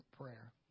prayer